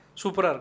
super